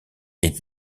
est